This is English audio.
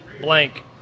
blank